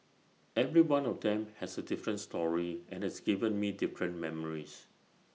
every one of them has A different story and has given me different memories